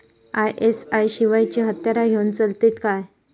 ISI शिवायची हत्यारा घेऊन चलतीत काय?